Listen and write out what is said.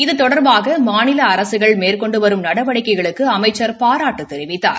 இது தொடர்பாக மாநில அரசுகள் மேற்கொண்டு வரும் நடவடிக்கைகளுக்கு அமைச்சள் பாராட்டு தெரிவித்தார்